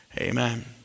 Amen